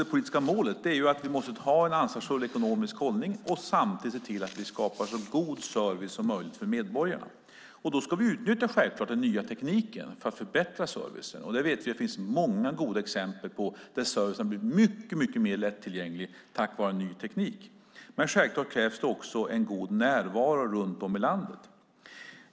Det politiska målet är självfallet att vi ska ha en ansvarsfull ekonomisk hållning och samtidigt se till att vi skapar så god service som möjligt för medborgarna. Då ska vi självfallet utnyttja den nya tekniken för att förbättra servicen. Det finns många goda exempel på att servicen har blivit mycket mer lättillgänglig tack vare ny teknik, men det krävs naturligtvis också en god närvaro runt om i landet.